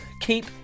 Keep